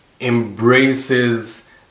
embraces